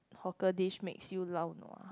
hawker dish makes you lao nua